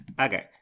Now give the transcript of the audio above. Okay